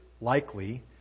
likely